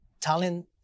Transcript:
talent